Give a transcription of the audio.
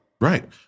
Right